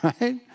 right